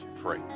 pray